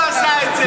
הוא לא עשה את זה.